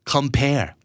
Compare